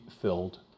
filled